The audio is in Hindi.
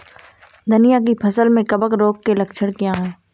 धनिया की फसल में कवक रोग के लक्षण क्या है?